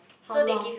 how long